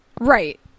Right